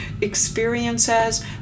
experiences